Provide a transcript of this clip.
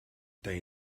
they